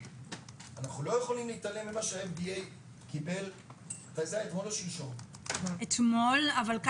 אנחנו לא יכולים להתעלם ממה ש-FDA קיבל וזה אתמול או שלשום.